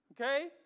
Okay